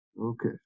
Okay